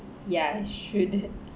ya should